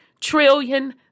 trillion